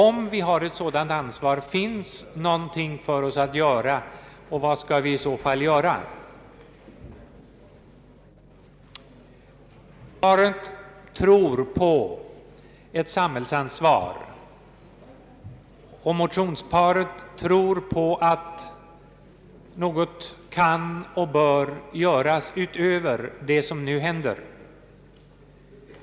Om vi har ett sådant ansvar, finns det någonting för oss att göra och vad skall vi i så fall göra? Motionsparet tror på eit samhällsansvar, och motionsparet tror på att något kan och bör göras utöver det som nu händer.